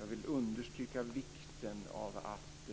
Jag vill understryka vikten av att